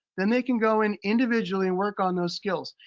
than they can go and individually work on those skills.